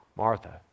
Martha